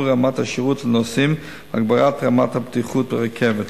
רמת השירות לנוסעים והעלאת רמת הבטיחות ברכבת.